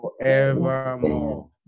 forevermore